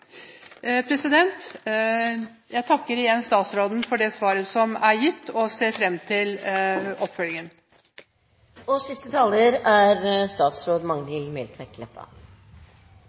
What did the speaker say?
Jeg takker igjen statsråden for det svaret som er gitt, og ser fram til